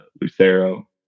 Lucero